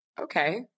okay